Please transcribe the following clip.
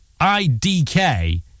IDK